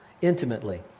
intimately